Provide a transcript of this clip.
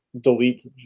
delete